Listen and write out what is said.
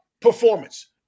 performance